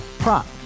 Prop